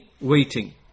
waiting